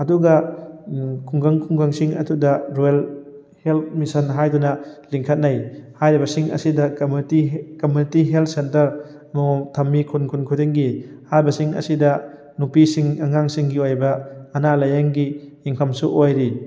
ꯑꯗꯨꯒ ꯈꯨꯡꯒꯪ ꯈꯨꯡꯒꯪꯁꯤꯡ ꯑꯗꯨꯗ ꯔꯣꯔꯦꯜ ꯍꯦꯜꯠ ꯃꯤꯁꯟ ꯍꯥꯏꯗꯨꯅ ꯂꯤꯡꯈꯠꯅꯩ ꯍꯥꯏꯔꯤꯕꯁꯤꯡ ꯑꯁꯤꯗ ꯀꯝꯃꯨꯅꯤꯇꯤ ꯀꯝꯃꯨꯅꯤꯇꯤ ꯍꯦꯜꯠ ꯁꯦꯟꯇꯔ ꯑꯃꯃꯝ ꯊꯝꯃꯤ ꯈꯨꯟ ꯈꯨꯟ ꯈꯨꯗꯤꯡꯒꯤ ꯍꯥꯏꯔꯤꯕꯁꯤꯡ ꯑꯁꯤꯗ ꯅꯨꯄꯤꯁꯤꯡ ꯑꯉꯥꯡꯁꯤꯡꯒꯤ ꯑꯣꯏꯕ ꯑꯅꯥ ꯂꯥꯏꯌꯦꯡꯒꯤ ꯌꯦꯡꯐꯝꯁꯨ ꯑꯣꯏꯔꯤ